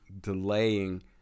delaying